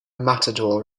matador